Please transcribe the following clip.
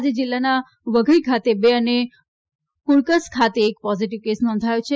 આજે જિલ્લાના વધઈ ખાતે બે અને કુડકસ ખાતે એક પોઝીટીવ કેસ નોંધાયો છે